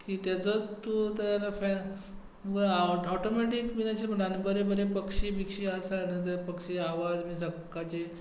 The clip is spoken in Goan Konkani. बरे बरे पक्षी बिक्षी आसात पक्षी आवाज बी सकाळचे